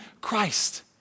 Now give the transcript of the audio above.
Christ